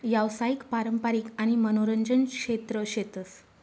यावसायिक, पारंपारिक आणि मनोरंजन क्षेत्र शेतस